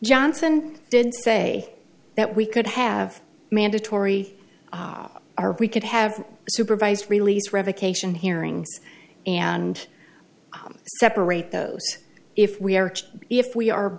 johnson did say that we could have mandatory or we could have supervised release revocation hearings and separate those if we are if we are